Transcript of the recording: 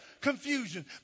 confusion